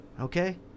Okay